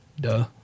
Duh